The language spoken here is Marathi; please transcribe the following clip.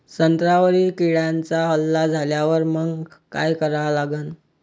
संत्र्यावर किड्यांचा हल्ला झाल्यावर मंग काय करा लागन?